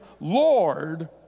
Lord